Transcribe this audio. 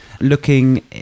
looking